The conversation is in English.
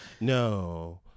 no